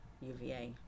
UVA